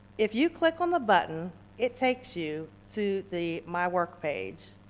if you click on the button it takes you to the my work page.